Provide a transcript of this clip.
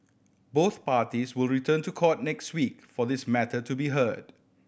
both parties will return to court next week for this matter to be heard